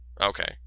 Okay